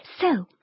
So